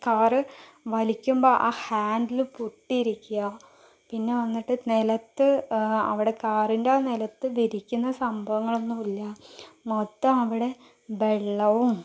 car വലിക്കുമ്പോൾ ആ handle പൊട്ടി ഇരിക്കുക പിന്നെ വന്നിട്ട് നിലത്ത് അവിടെ കാറിൻ്റെ ആ നിലത്ത് വിരിയ്ക്കുന്ന സംഭവങ്ങളൊന്നുമില്ല മൊത്തം അവിടെ വെള്ളവും